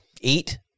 eat